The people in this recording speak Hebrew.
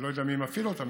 אני לא יודע מי מפעיל אותם,